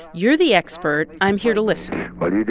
you're the expert. i'm here to listen well,